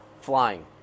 flying